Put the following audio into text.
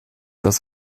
das